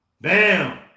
Bam